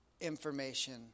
information